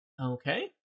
Okay